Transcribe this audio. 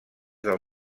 del